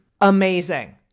amazing